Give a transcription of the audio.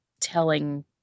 telling